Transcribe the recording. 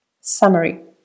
Summary